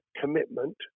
commitment